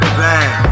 bang